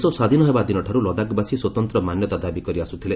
ଦେଶ ସ୍ୱାଧୀନ ହେବା ଦିନଠାରୁ ଲଦାଖବାସୀ ସ୍ୱତନ୍ତ ମାନ୍ୟତା ଦାବି କରି ଆସୁଥିଲେ